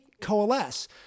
coalesce